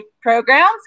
programs